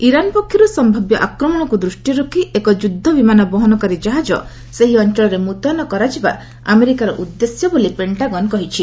Iran ପକ୍ଷରୁ ସମ୍ଭାବ୍ୟ ଆକ୍ରମଣକୁ ଦୂଷ୍ଟିରେ ରଖି ଏକ ଯୁଦ୍ଧ ବିମାନ ବହନକାରୀ ଜାହାଜ ସେହି ଅଞ୍ଚଳରେ ମୁତୟନ କରାଯିବା ଆମେରିକାର ଉଦ୍ଦେଶ୍ୟ ବୋଲି ପେଷ୍ଟାଗନ୍ କହିଛି